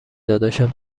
داداشم